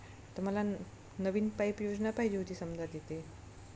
तर मला न नवीन पाईप योजना पाहिजे होती समजा तिथे